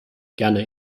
gerne